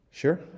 Sure